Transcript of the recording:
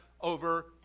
over